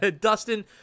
Dustin